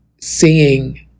Seeing